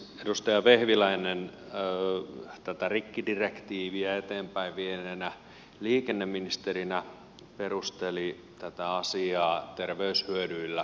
edustaja vehviläinen tätä rikkidirektiiviä eteenpäin vieneenä liikenneministerinä perusteli tätä asiaa terveyshyödyillä